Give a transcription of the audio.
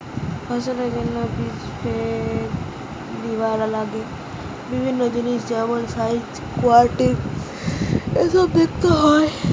ফসলের জন্যে বীজ বেছে লিবার আগে বিভিন্ন জিনিস যেমন সাইজ, কোয়ালিটি এসোব দেখতে হয়